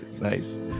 Nice